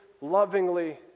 lovingly